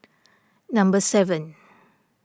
number seven